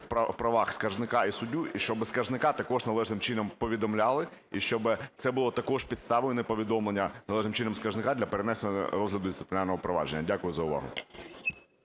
в правах скаржника і суддю, щоб скаржника також належним чином повідомляли і щоб це було також підставою неповідомлення належним чином скаржника для перенесення розгляду дисциплінарного провадження. Дякую за увагу.